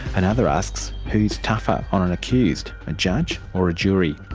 another asks, who is tougher on an accused, a judge or a jury?